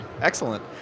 Excellent